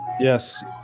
Yes